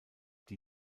die